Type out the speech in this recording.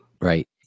Right